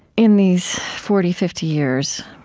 in these forty, fifty years,